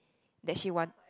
that she want